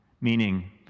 meaning